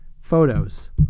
Photos